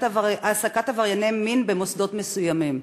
העסקת עברייני מין במוסדות מסוימים?